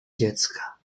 dziecka